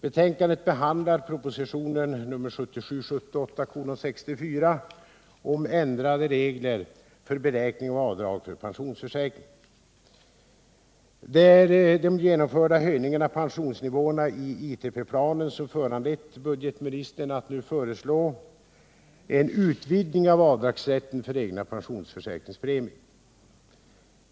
Betänkandet behandlar propositionen 1977/78:64 om ändrade regler för beräkning av avdrag för pensionsförsäkringar. Det är de genomförda höjningarna av pensionsnivåerna i ITP-planen som föranlett budgetministern att nu föreslå en utvidgning av avdragsrätten för egna pensionsförsäkringspremier.